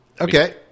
Okay